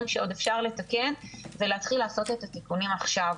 שעוד אפשר לתקן ולהתחיל לעשות את התיקונים עכשיו.